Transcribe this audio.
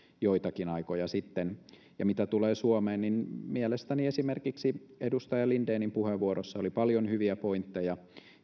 joitakin aikoja sitten ja mitä tulee suomeen niin mielestäni esimerkiksi edustaja lindenin puheenvuorossa oli paljon hyviä pointteja